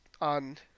on